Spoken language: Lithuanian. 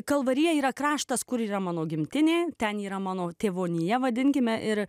kalvarija yra kraštas kur yra mano gimtinė ten yra mano tėvonija vadinkime ir